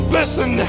listen